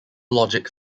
logic